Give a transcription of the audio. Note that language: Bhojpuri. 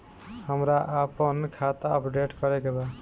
हमरा आपन खाता अपडेट करे के बा